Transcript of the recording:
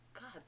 God